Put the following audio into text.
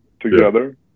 together